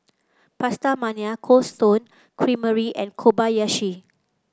PastaMania Cold Stone Creamery and Kobayashi